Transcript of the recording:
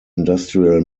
industrial